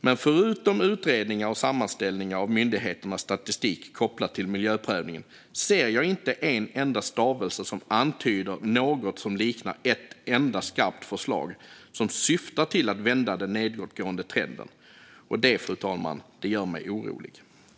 Men förutom utredningar och sammanställningar av myndigheternas statistik kopplat till miljöprövningen ser jag inte en enda stavelse som antyder något som liknar ett enda skarpt förslag som syftar till att vända den nedåtgående trenden, och det, fru talman, gör mig orolig.